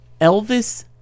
Elvis